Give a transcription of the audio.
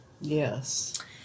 Yes